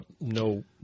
No